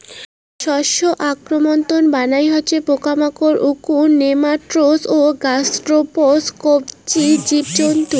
শস্য আক্রান্তর বালাই হসে পোকামাকড়, উকুন, নেমাটোড ও গ্যাসস্ট্রোপড কবচী জীবজন্তু